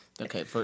okay